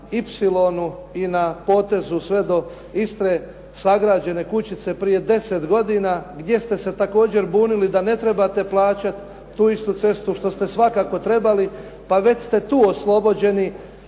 i na potezu sve do Istre sagrađene kućice prije 10 godina gdje ste se također bunili da ne trebate plaćati tu istu cestu što ste svakako trebali. Pa već ste tu oslobođeni